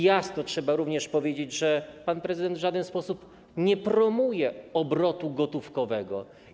I trzeba również jasno powiedzieć, że pan prezydent w żaden sposób nie promuje obrotu gotówkowego.